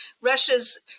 Russia's